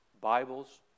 Bibles